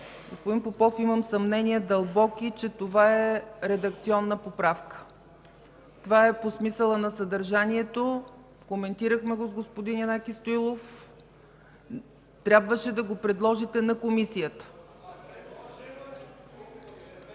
Господин Попов, имам дълбоки съмнения, че това е редакционна поправка. Това е по смисъла на съдържанието – коментирахме го с господин Янаки Стоилов – трябваше да го предложите на Комисията.